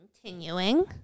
continuing